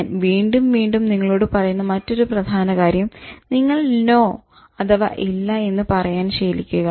ഞാൻ വീണ്ടും വീണ്ടും നിങ്ങളോട് പറയുന്ന മറ്റൊരു പ്രധാന കാര്യം നിങ്ങൾ "നോ" അഥവാ "ഇല്ല" എന്ന് പറയാൻ ശീലിക്കുക